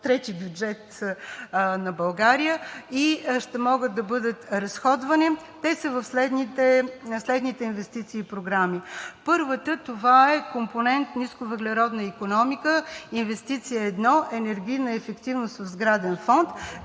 трети бюджет на България и ще могат да бъдат разходвани. Те са в следните инвестиции и програми: Първата е компонент „Нисковъглеродна икономика“, Инвестиция 1: „Енергийна ефективност в сграден фонд“,